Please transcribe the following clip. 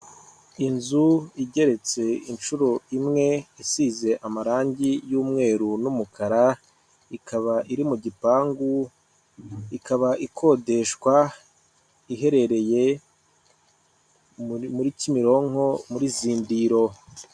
Inzu igeretse inshuro imwe, isize amarangi y'umweru n'umukara, ikaba iri mu gipangu, ikaba ikodeshwa, iherereye muri Kimironko, muri Zindiro.